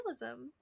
realism